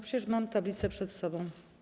Przecież mam tablicę przed sobą.